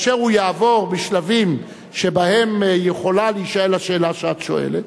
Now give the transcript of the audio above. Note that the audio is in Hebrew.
כאשר הוא יעבור בשלבים שבהם יכולה להישאל השאלה שאת שואלת,